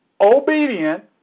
Obedient